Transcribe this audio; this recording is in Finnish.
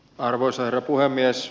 arvoisa herra puhemies